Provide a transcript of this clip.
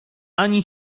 ani